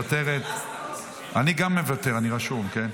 עכשיו --- תודה רבה.